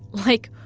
like,